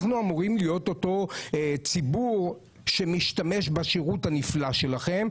אנחנו אמורים להיות אותו ציבור שמשתמש בשירות הנפלא שלכם.